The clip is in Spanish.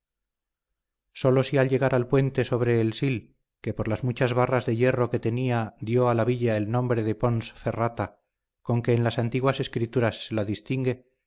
sólo si al llegar al puente sobre el sil que por las muchas barras de hierro que tenía dio a la villa el nombre de ponsferrata con que en las antiguas escrituras se la distingue